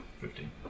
Fifteen